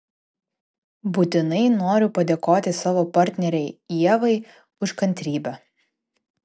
būtinai noriu padėkoti savo partnerei ievai už kantrybę